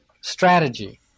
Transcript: strategy